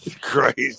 Christ